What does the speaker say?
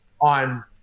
on